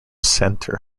centre